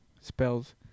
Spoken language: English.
Spells